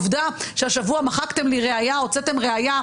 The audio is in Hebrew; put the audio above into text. עובדה שהשבוע מחקתם לי ראיה, הוצאתם ראיה.